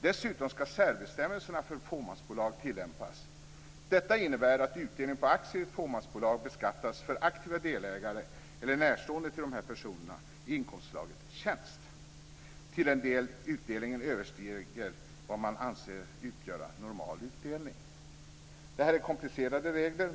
Dessutom ska särbestämmelserna för fåmansbolag tillämpas. Detta innebär att utdelning på aktier i ett fåmansbolag beskattas för aktiva delägare eller närstående till de personerna i inkomstslaget tjänst till den del utdelningen överstiger vad som anses utgöra Det här är komplicerade regler.